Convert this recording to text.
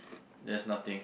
there's nothing